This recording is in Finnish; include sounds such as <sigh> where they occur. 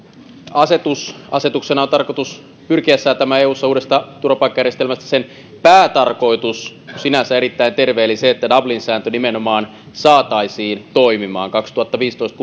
asetuksen on tarkoitus pyrkiä säätämään eussa uudesta turvapaikkajärjestelmästä sen päätarkoitus on sinänsä erittäin terve eli se että dublin sääntö nimenomaan saataisiin toimimaan kaksituhattaviisitoista <unintelligible>